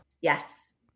Yes